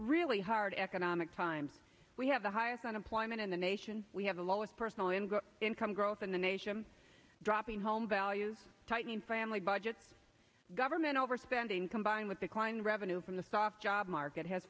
really hard economic times we have the highest unemployment in the nation we have the lowest personal and income growth in the nation dropping home values tightening family budget government overspending combined with declining revenue from the soft job market has